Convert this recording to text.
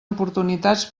oportunitats